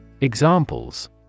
Examples